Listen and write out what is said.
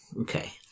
Okay